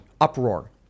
uproar